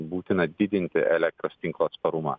būtina didinti elektros tinklo atsparumą